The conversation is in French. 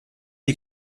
est